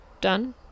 done